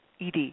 ED